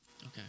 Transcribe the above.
okay